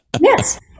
yes